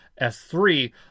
S3